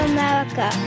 America